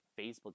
Facebook